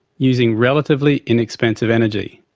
using relatively inexpensive energy.